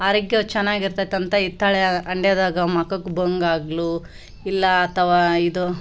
ಆರೋಗ್ಯಾ ಚೆನ್ನಾಗಿರ್ತತ್ ಅಂತ ಹಿತ್ತಾಳೆ ಹಂಡೆದಾಗ ಮುಖಕ್ಕು ಬಂಗು ಆಗ್ಲಿ ಇಲ್ಲ ಅಥವಾ ಇದು